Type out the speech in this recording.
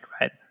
right